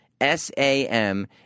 S-A-M